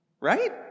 right